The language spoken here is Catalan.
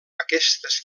aquestes